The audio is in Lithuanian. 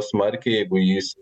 smarkiai jeigu jis